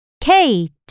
kate